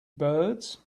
birds